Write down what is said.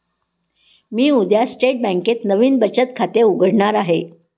मी उद्या स्टेट बँकेत नवीन बचत खाते उघडणार आहे